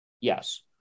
Yes